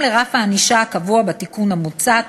בהתאם לרף הענישה הקבוע בתיקון המוצע,